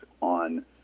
on